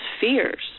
fears